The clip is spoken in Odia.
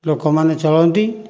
ଲୋକମାନେ ଚଳନ୍ତି